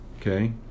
Okay